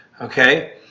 Okay